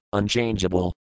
unchangeable